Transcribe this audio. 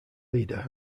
leader